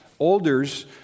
olders